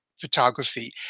photography